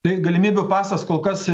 tai galimybių pasas kol kas